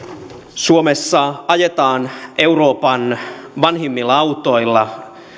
suomessa ajetaan euroopan vanhimmilla autoilla